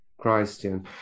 Christian